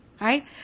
Right